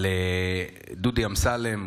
אבל דודי אמסלם,